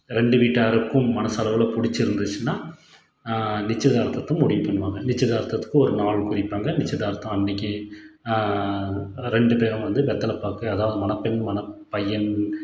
ரெண்டு வீட்டாருக்கும் மனசளவில் பிடிச்சிருந்துச்சின்னா நிச்சயதார்த்தத்தை முடிவு பண்ணுவாங்க நிச்சயதார்த்தத்துக்கு ஒரு நாள் குறிப்பாங்க நிச்சயதார்த்தம் அன்னைக்கி ரெண்டு பேரும் வந்து வெற்றில பாக்கு அதாவது மணப்பெண் மணப்பையன்